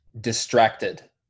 distracted